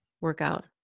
workout